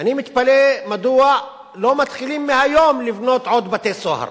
אני מתפלא מדוע לא מתחילים מהיום לבנות עוד בתי-סוהר.